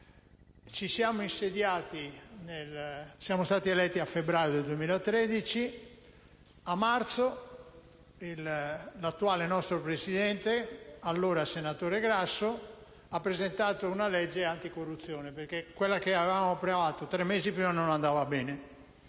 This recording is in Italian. anticorruzione. Siamo stati eletti a febbraio 2013 e a marzo il nostro attuale Presidente, allora senatore Grasso, ha presentato una legge anticorruzione, perché quella che avevamo approvato tre mesi prima non andava bene.